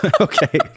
Okay